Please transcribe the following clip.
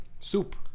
Soup